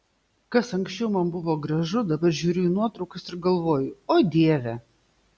kas anksčiau man buvo gražu dabar žiūriu į nuotraukas ir galvoju o dieve